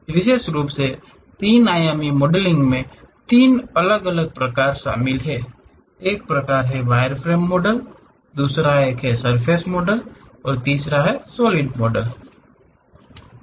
विशेष रूप से तीन आयामी मॉडलिंग में तीन अलग अलग प्रकार शामिल हैं एक वायरफ्रेम मॉडल है दूसरा एक सर्फ़ेस मॉडल है तीसरा सॉलिड मॉडल है